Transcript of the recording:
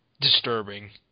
disturbing